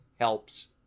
helps